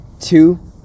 two